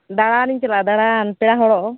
ᱫᱟᱲᱟᱱ ᱤᱧ ᱪᱟᱞᱟᱜᱼᱟ ᱫᱟᱲᱟᱱ ᱯᱮᱲᱟ ᱦᱚᱲᱚᱜ